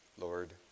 Lord